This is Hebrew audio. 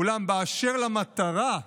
אולם באשר למטרה,